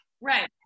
right